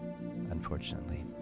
unfortunately